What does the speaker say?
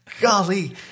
Golly